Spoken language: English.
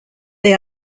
they